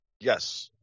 Yes